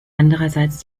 andererseits